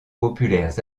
populaires